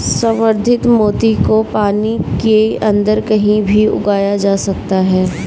संवर्धित मोती को पानी के अंदर कहीं भी उगाया जा सकता है